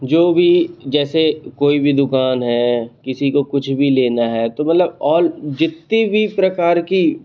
जो भी जैसे कोई भी दुकान है किसी को कुछ भी लेना है तो मतलब ऑल जितनी भी प्रकार की